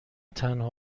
تنها